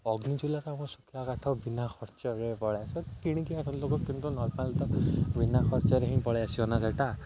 ଅଗ୍ନି ଚୂଲାର ଆମ ଶୁଖୁଆ କାଠ ବିନା ଖର୍ଚ୍ଚରେ ପଳେଇଆସେ କିଣିକି ଆ ଲୋକ କିନ୍ତୁ ନର୍ମାଲ୍ ତ ବିନା ଖର୍ଚ୍ଚରେ ହିଁ ପଳେଇଆସିବନା ସେଟା